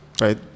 right